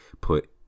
put